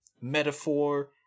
metaphor